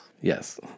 Yes